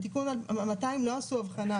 בתיקון 200 לא עשו הבחנה